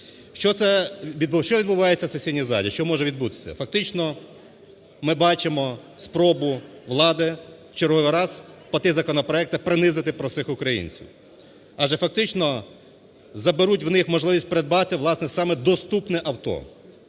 Що відбувається в сесійній залі? Що може відбутися? Фактично, ми бачимо спробу влади в черговий раз по тих законопроектах принизити простих українців, адже фактично заберуть у них можливість придбати, власне, саме доступне авто.